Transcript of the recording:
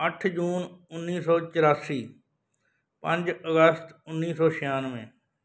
ਅੱਠ ਜੂਨ ਉੱਨੀ ਸੌ ਚੁਰਾਸੀ ਪੰਜ ਅਗਸਤ ਉੱਨੀ ਸੌ ਛਿਆਨਵੇਂ